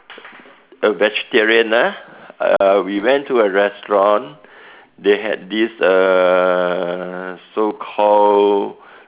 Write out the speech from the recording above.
a vegetarian ah uh we went to a restaurant they had this uh so called